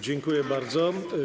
Dziękuję bardzo.